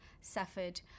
suffered